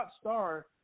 star